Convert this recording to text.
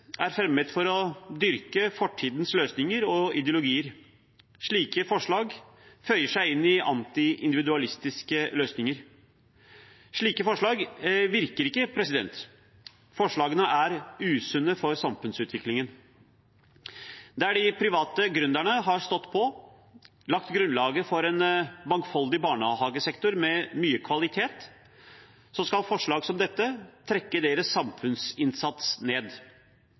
fremmet for å dyrke fortidens løsninger og ideologier. Slike forslag føyer seg inn i anti-individualistiske løsninger. Slike forslag virker ikke. Forslagene er usunne for samfunnsutviklingen. Der de private gründerne har stått på og lagt grunnlaget for en mangfoldig barnehagesektor med mye kvalitet, skal forslag som dette trekke deres samfunnsinnsats ned.